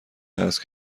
هست